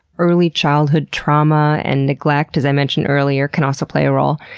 early childhood trauma and neglect, as i mentioned earlier, can also play a role.